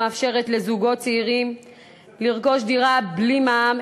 המאפשרת לזוגות צעירים לרכוש דירה בלי מע"מ.